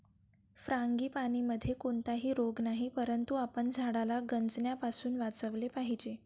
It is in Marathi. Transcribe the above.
फ्रांगीपानीमध्ये कोणताही रोग नाही, परंतु आपण झाडाला गंजण्यापासून वाचवले पाहिजे